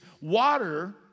water